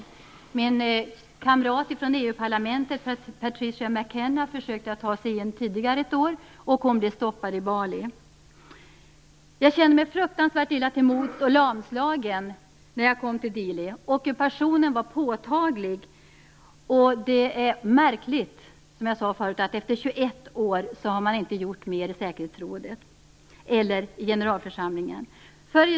Min kamrat från EU-parlamentet, Patricia McKenna, försökte tidigare ett år att ta sig in, och hon blev stoppad i Bali. Jag kände mig fruktansvärt illa till mods och lamslagen när jag kom till Dili. Ockupationen var påtaglig, och det är märkligt, som jag sade tidigare, att man efter 21 år inte har gjort mer i säkerhetsrådet eller i generalförsamlingen.